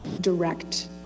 direct